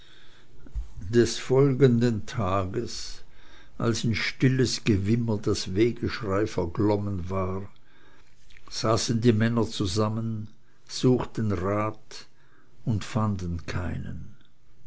des folgenden tages als in stilles gewimmer das wehgeschrei verglommen war saßen die männer zusammen suchten rat und fanden keinen